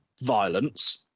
violence